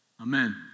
Amen